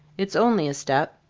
it's only a step.